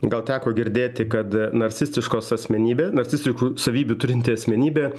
gal teko girdėti kad narcistiškos asmenybė narcistiškų savybių turinti asmenybė